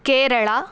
Kerala